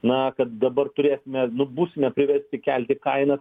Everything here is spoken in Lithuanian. na kad dabar turėsime nu būsime priversti kelti kainas